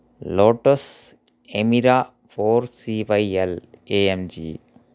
lotus Emira four C Y L A M G